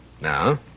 Now